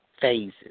phases